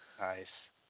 Nice